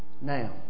Now